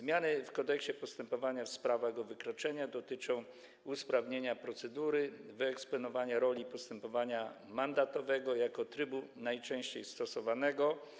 Zmiany w Kodeksie postępowania w sprawach o wykroczenia dotyczą usprawnienia procedury i wyeksponowania roli postępowania mandatowego jako trybu najczęściej stosowanego.